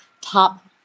top